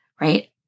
right